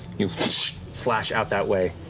you slash out that way,